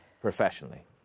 professionally